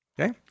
Okay